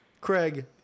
Craig